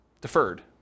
Deferred